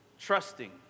Trusting